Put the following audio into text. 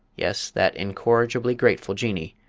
yes, that incorrigibly grateful jinnee,